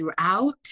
throughout